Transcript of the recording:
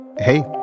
Hey